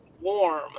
warm